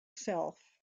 self